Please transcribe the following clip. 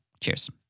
Cheers